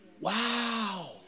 Wow